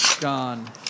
Gone